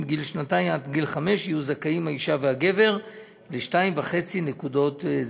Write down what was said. ומגיל שנתיים עד גיל חמש יהיו זכאים האישה והגבר ל-2.5 נקודות זיכוי.